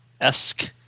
esque